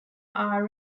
are